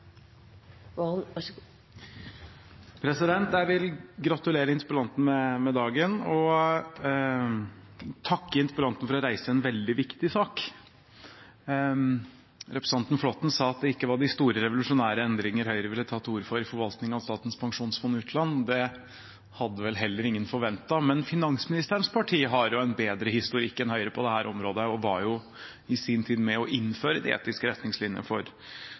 oss. Jeg vil gratulere interpellanten med dagen og takke ham for å reise en veldig viktig sak. Representanten Flåtten sa at det ikke var «de store revolusjonære endringer» Høyre ville ta til orde for i forvaltningen av Statens pensjonsfond utland. Det hadde vel heller ingen forventet. Men finansministerens parti har en bedre historikk enn Høyre på dette området og var i sin tid med på å innføre de etiske retningslinjene for